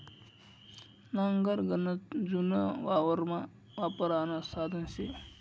नांगर गनच जुनं वावरमा वापरानं साधन शे